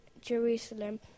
Jerusalem